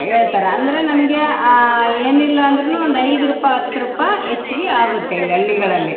ಹೇಳ್ತಾರೆ ಅಂದರೆ ನಮಗೆ ಏನಿಲ್ಲ ಅಂದರೂ ಒಂದು ಐದು ರೂಪಾಯಿ ಹತ್ತು ರೂಪಾಯಿ ಹೆಚ್ಚಿಗೆ ಆಗುತ್ತೆ ಇಲ್ಲಿ ಹಳ್ಳಿಗಳಲ್ಲಿ